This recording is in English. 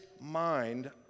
mind